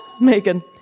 Megan